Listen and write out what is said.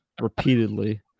repeatedly